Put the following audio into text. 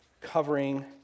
covering